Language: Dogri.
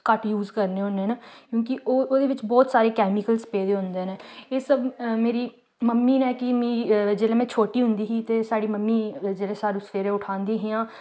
घट्ट यूज करने होन्ने न क्योंकि ओह् ओह्दे च बड़े सारे कैमिक्लस पेदे होंदे न एह् सब्ब मेरी मम्मी ने कि मी जेल्लै में छोटी होंदी ही साढ़ी मम्मी जेल्लै सानूं सवेरे उठांदियां हियां